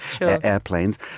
airplanes